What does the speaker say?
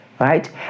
right